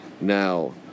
now